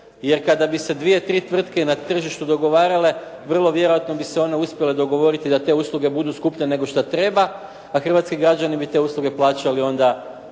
jer kada bi se dvije, tri tvrtke na tržištu dogovarale vrlo vjerojatno bi se one uspjele dogovoriti da te usluge budu skuplje nego što treba a hrvatski građani bi te usluge plaćali onda